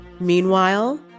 Meanwhile